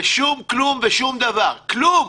לשום כלום ושום דבר, כלום.